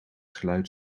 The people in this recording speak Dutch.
geluid